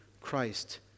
Christ